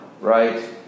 Right